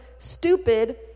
stupid